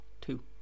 Two